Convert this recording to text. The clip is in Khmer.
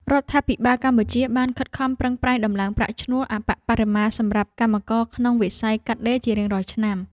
រដ្ឋាភិបាលកម្ពុជាបានខិតខំប្រឹងប្រែងដំឡើងប្រាក់ឈ្នួលអប្បបរមាសម្រាប់កម្មករក្នុងវិស័យកាត់ដេរជារៀងរាល់ឆ្នាំ។